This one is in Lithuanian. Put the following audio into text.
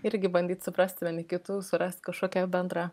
irgi bandyt suprasti vieni kitų surast kažkokį bendrą